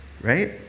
right